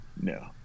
no